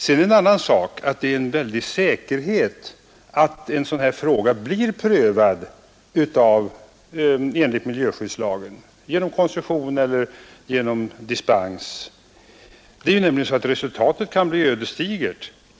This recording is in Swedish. Sedan är det en annan sak att det är en väldig säkerhet att en sådan här fråga blir prövad enligt miljöskyddslagen, genom koncession eller genom dispens. Resultatet kan nämligen bli ödesdigert.